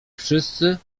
wszyscy